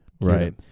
Right